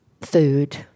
food